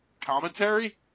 commentary